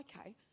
okay